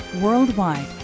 Worldwide